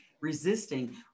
Resisting